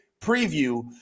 preview